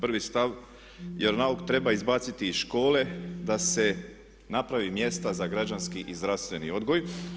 Prvi stav, vjeronauk treba izbaciti iz škole da se napravi mjesta za građanski i zdravstveni odgoj.